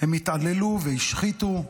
הם התעללו והשחיתו,